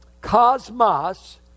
cosmos